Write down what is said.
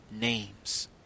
Names